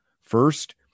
First